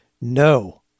No